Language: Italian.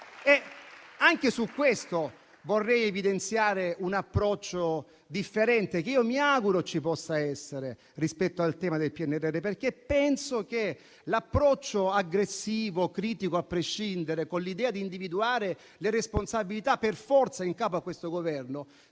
a questo vorrei evidenziare un approccio differente che io mi auguro ci possa essere sul tema del PNRR. Penso infatti che l'approccio aggressivo, critico a prescindere, con l'idea di individuare le responsabilità per forza in capo a questo Governo